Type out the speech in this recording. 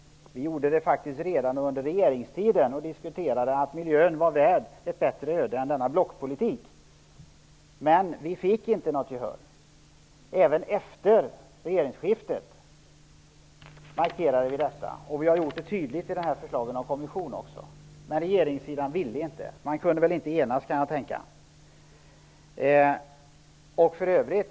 Det gjorde vi faktiskt redan under regeringstiden, då vi ansåg att miljön var värd ett bättre öde än denna blockpolitik. Men vi fick inget gehör. Vi markerade detta även efter regeringsskiftet, och vi har också gjort det tydligt i förslaget om en kommission. Men regeringssidan ville inte ha någon sådan. Man kunde väl inte enas.